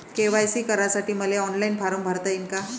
KYC करासाठी मले online form भरता येईन का?